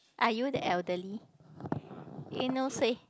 are you the elderly in no say